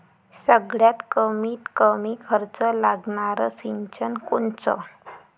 सगळ्यात कमीत कमी खर्च लागनारं सिंचन कोनचं?